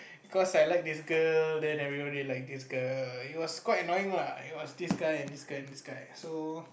cause I like this girl then everybody like this girl it was quite annoying lah it was this guy and this guy and this guy so